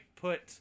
put